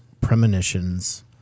premonitions